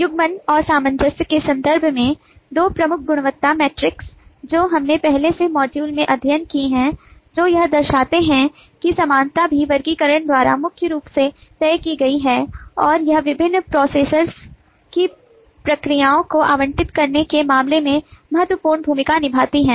युग्मन और सामंजस्य के संदर्भ में दो मुख्य गुणवत्ता मैट्रिक्स जो हमने पहले के मॉड्यूल में अध्ययन किए हैं जो यह दर्शाते हैं कि समानता भी वर्गीकरण द्वारा मुख्य रूप से तय की गई है और यह विभिन्न प्रोसेसरों की प्रक्रियाओं को आवंटित करने के मामले में महत्वपूर्ण भूमिका निभाती है